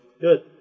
Good